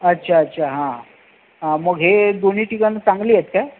अच्छा अच्छा हां हां मग हे दोन्ही ठिकाणं चांगली आहेत काय